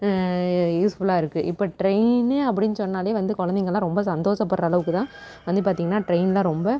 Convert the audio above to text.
யூஸ்ஃபுல்லாக இருக்குது இப்போ ட்ரெயின்னு அப்படின் சொன்னாலே வந்து குழந்தைங்கள்லாம் ரொம்ப சந்தோசப்படுகிற அளவுக்கு தான் வந்து பார்த்திங்கனா ட்ரெயினில் ரொம்ப